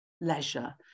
leisure